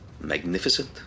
magnificent